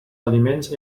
aliments